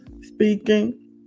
speaking